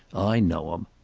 i know em.